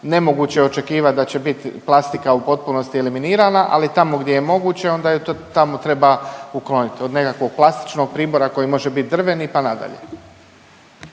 Nemoguće je očekivat da će bit plastika u potpunosti eliminirana ali tamo gdje je moguće onda je to tamo treba ukloniti od nekakvog plastičnog pribora koji može bit drveni pa nadalje.